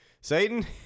Satan